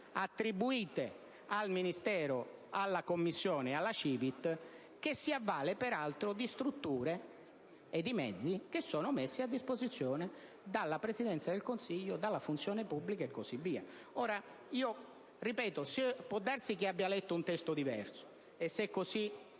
attribuite al Dipartimento, e alla CiVIT, che si avvale peraltro di strutture e di mezzi che sono messi a disposizione dalla Presidenza del Consiglio, dalla Funzione pubblica e così via. Ripeto, può darsi che abbia letto un testo diverso, e se così